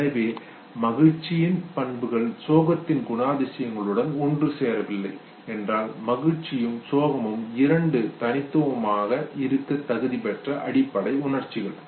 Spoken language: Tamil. எனவே மகிழ்ச்சியின் பண்புகள் சோகத்தின் குணாதிசயங்களுடன் ஒன்று சேரவில்லை என்றால் மகிழ்ச்சியும் சோகமும் இரண்டும் தனித்துவமாக இருக்க தகுதிபெற்ற அடிப்படை உணர்ச்சிகள்